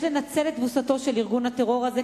יש לנצל את תבוסתו של ארגון הטרור הזה